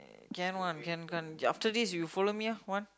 can one can can after this you follow me lah one